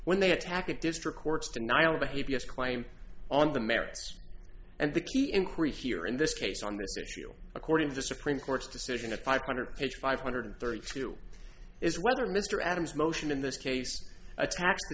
when they attack a district courts denial behaviors claim on the merits and the key increase here in this case on this issue according to the supreme court's decision of five hundred page five hundred thirty two is whether mr adams motion in this case attacks the